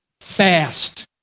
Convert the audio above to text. fast